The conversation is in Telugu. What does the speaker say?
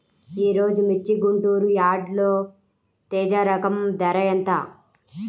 ఈరోజు మిర్చి గుంటూరు యార్డులో తేజ రకం ధర ఎంత?